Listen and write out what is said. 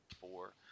four